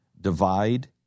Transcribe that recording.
divide